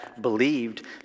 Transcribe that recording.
believed